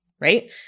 right